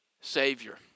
Savior